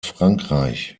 frankreich